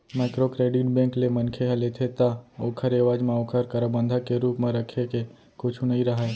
micro credit bank ले मनखे ह लेथे ता ओखर एवज म ओखर करा बंधक के रुप म रखे के कुछु नइ राहय